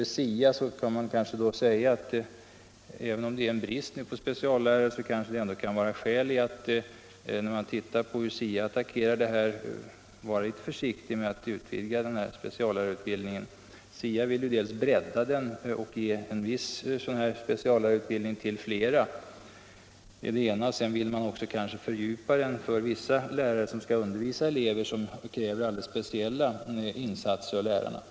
Vad SIA beträffar vill jag säga att även om det f.n. råder brist på speciallärare finns det kanske — när man ser hur SIA har attackerat det problemet — skäl för att vara litet försiktig med att utvidga speciallärarutbildningen. SIA vill dels bredda den, dvs. ge flera en viss speciallärarutbildning, dels också fördjupa utbildningen för vissa lärare som skall undervisa elever vilka kräver alldeles speciella insatser av lärarna.